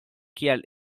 kiel